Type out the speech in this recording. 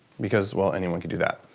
because, well, anyone can do that.